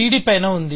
cd పైన ఉంది